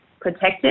protected